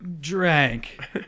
Drank